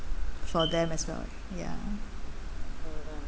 for them as well ya